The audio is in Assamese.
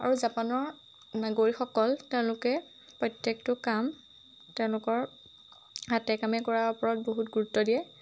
আৰু জাপানৰ নাগৰিকসকল তেওঁলোকে প্ৰত্যেকটো কাম তেওঁলোকৰ হাতে কামে কৰাৰ ওপৰত বহুত গুৰুত্ব দিয়ে